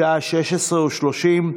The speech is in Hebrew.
בשעה 16:30,